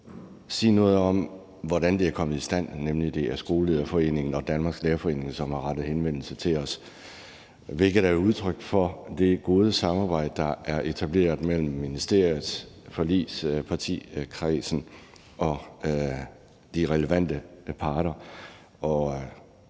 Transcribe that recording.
sige noget om, hvordan det er kommet i stand, nemlig at det er Skolelederforeningen og Danmarks Lærerforening, som har rettet henvendelse til os, hvilket er udtryk for det gode samarbejde, der er etableret mellem ministeriet, forligspartikredsen og de relevante parter.